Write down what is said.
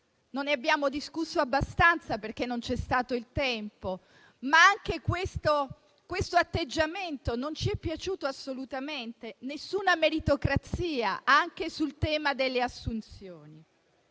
Non ne abbiamo discusso abbastanza, perché non c'è stato il tempo, ma anche questo atteggiamento non ci è piaciuto assolutamente. Nessuna meritocrazia anche sul tema delle assunzioni.